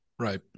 right